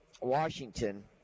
Washington